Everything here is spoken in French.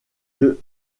james